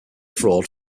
fraud